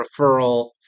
referral